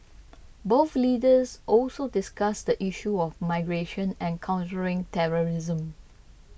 both leaders also discussed the issues of migration and countering terrorism